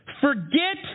Forget